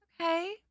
Okay